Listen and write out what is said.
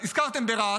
הזכרתם את רהט,